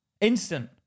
instant